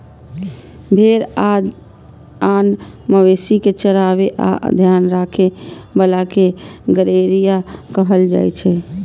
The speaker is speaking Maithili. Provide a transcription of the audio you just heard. भेड़ आ आन मवेशी कें चराबै आ ध्यान राखै बला कें गड़ेरिया कहल जाइ छै